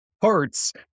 parts